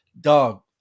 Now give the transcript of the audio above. dog